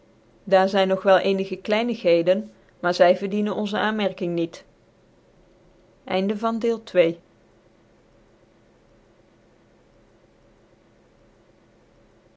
daar zyn nog wel ccnigc klynigheden maar zy verdienen onze aanmerking niet